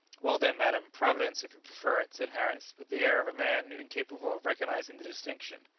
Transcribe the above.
well, then, madam providence, if you prefer it, said harris, with the air of a man incapable of recognizing the distinction.